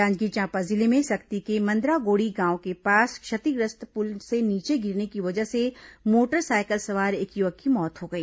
जांजगीर चांपा जिले में सक्ती के मंदरागोड़ी गांव के पास क्षतिग्रस्त पुल से नीचे गिरने की वजह से मोटरसाइकिल सवार एक युवक की मौत हो गई